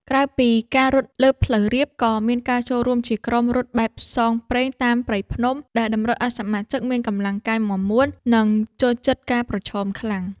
ក្រៅពីការរត់លើផ្លូវរាប ក៏មានការចូលរួមជាក្រុមរត់បែបផ្សងព្រេងតាមព្រៃភ្នំ ដែលតម្រូវឱ្យសមាជិកមានកម្លាំងកាយមាំមួន និងចូលចិត្តការប្រឈមខ្លាំង។